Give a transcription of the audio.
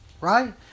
right